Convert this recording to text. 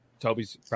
Toby's